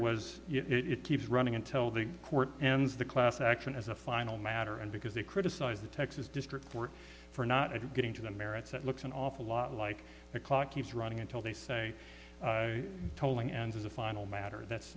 was it keeps running until the court ends the class action as a final matter and because they criticize the texas district court for not getting to the merits it looks an awful lot like the clock keeps running until they say tolling and as a final matter that's